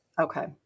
Okay